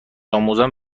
آموزان